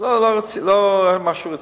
לא משהו רציני,